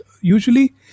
usually